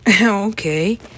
Okay